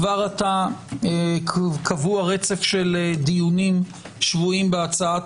כבר עתה קבוע רצך דיונים שבועיים בהצעת